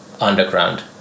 underground